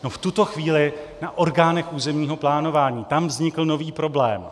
No v tuto chvíli na orgánech územního plánování, tam vznikl nový problém.